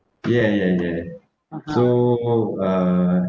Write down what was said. ya ya ya so uh